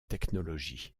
technologie